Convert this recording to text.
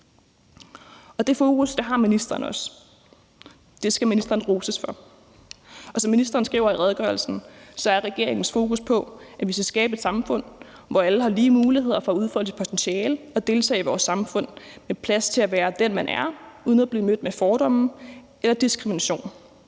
og det fokus har ministeren også, og det skal ministeren roses for. Som ministeren skriver i redegørelsen, er regeringens fokus på, at vi skal skabe et samfund, hvor alle har lige muligheder for at udfolde deres potentiale og deltage i vores samfund med plads til at være den, man er, uden at blive mødt med fordomme eller diskrimination.